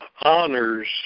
honors